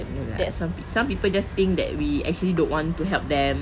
that some some people just think that we actually don't want to help them